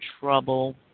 trouble